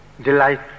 delight